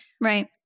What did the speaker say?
Right